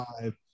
five